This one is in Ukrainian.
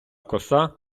коса